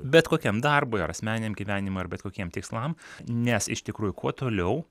bet kokiam darbui ar asmeniniam gyvenimui ar bet kokiem tikslam nes iš tikrųjų kuo toliau